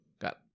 Got